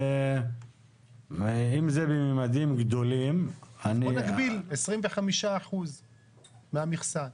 אם זה בממדים גדולים --- בוא נגביל 25% מהמכסה.